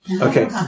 Okay